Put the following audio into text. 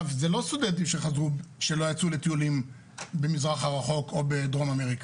זה לא סטודנטים שלא יצאו לטיולים במזרח הרחוק או בדרום אמריקה.